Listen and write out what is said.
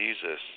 Jesus